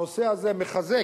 הנושא הזה מחזק: